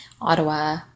Ottawa